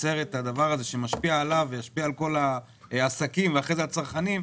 שהמס ישפיע עליהם ואחר כך על העסקים והצרכנים,